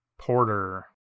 porter